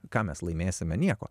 ką mes laimėsime nieko